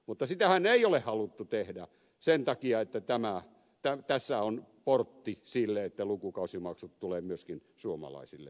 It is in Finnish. mutta sitähän ei ole haluttu tehdä sen takia että tässä on portti sille että lukukausimaksut tulevat myöskin suomalaisille opiskelijoille